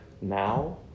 Now